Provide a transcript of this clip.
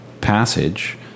passage